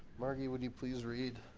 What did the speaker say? marquis would you please read?